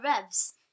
revs